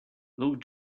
look